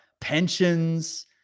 pensions